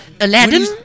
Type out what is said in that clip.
Aladdin